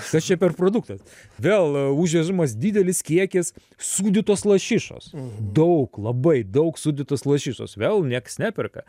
kas čia per produktas vėl užvežamas didelis kiekis sūdytos lašišos daug labai daug sėdytos lašisos vėl nieks neperka